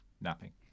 napping